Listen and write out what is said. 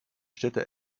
städte